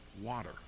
water